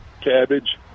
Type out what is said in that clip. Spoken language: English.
cabbage